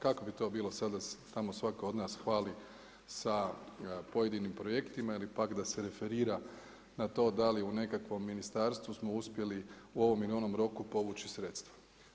Kako bi to bilo sada da se tamo svaka od njih hvali sa pojedinim projektima ili pak da se referira na to da li u nekakvom ministarstvu smo uspjeli u ovom ili onom roku povući sredstva.